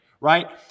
right